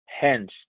hence